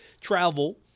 travel